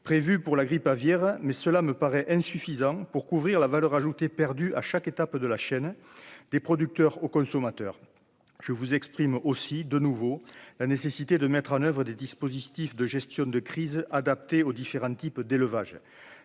prévus pour la grippe aviaire mais cela me paraît insuffisant pour couvrir la valeur ajoutée, perdu à chaque étape de la chaîne des producteurs aux consommateurs, je vous exprime aussi de nouveau la nécessité de mettre en oeuvre des dispositifs de gestion de crise adaptés aux différents types d'élevage,